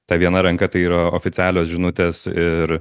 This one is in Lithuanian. ta viena ranka tai yra oficialios žinutės ir